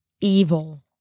evil